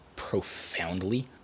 profoundly